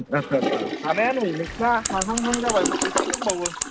आथसा आथसा हानाया नै नोंसिना हाहां हां जाबाय बो एसे दंबावयो